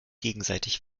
gegenseitig